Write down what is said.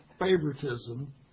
favoritism